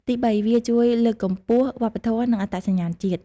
ទីបី វាជួយលើកកម្ពស់វប្បធម៌ និងអត្តសញ្ញាណជាតិ។